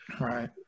Right